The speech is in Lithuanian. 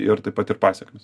ir taip pat ir pasekmės